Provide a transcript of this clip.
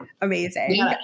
Amazing